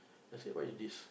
I say what is this